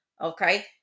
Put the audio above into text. okay